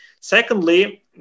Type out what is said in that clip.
secondly